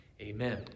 Amen